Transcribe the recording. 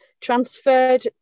transferred